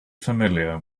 familiar